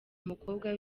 umukobwa